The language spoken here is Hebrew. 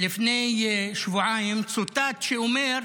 לפני שבועיים צוטט כשאמר: